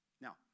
Now